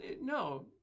No